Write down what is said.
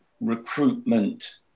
recruitment